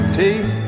take